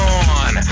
on